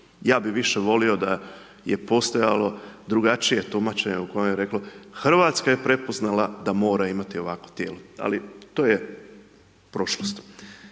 Ja bi više volio da je postojalo drugačije tumačenje u kojem je reklo, Hrvatska je prepoznala da mora imati ovakvo tijelo, ali to je prošlost.